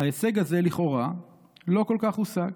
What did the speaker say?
ההישג הזה, לכאורה לא כל כך הושג.